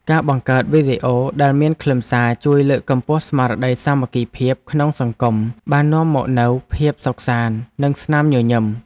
ការបង្កើតវីដេអូដែលមានខ្លឹមសារជួយលើកកម្ពស់ស្មារតីសាមគ្គីភាពក្នុងសង្គមបាននាំមកនូវភាពសុខសាន្ត និងស្នាមញញឹម។